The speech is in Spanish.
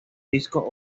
disco